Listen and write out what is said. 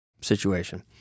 situation